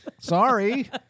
sorry